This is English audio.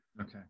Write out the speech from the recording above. Okay